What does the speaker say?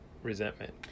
Resentment